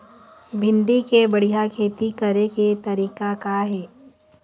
भिंडी के बढ़िया खेती करे के तरीका का हे?